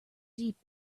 deep